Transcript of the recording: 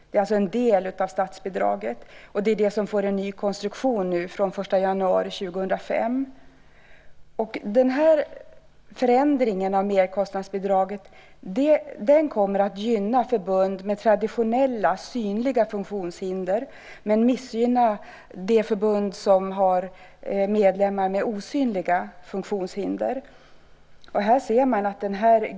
Det är alltså en del av statsbidraget, och det är det som får en ny konstruktion från den 1 januari 2005. Förändringen av merkostnadsbidraget kommer att gynna förbund med traditionella synliga funktionshinder men missgynna de förbund som har medlemmar med osynliga funktionshinder.